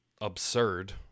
absurd